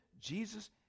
Jesus